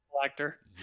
collector